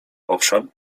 owszem